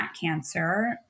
cancer